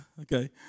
Okay